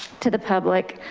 to the public,